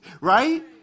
Right